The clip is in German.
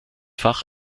fach